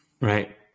Right